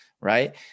Right